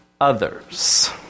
others